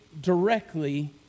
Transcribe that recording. directly